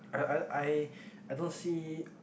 I I I I don't see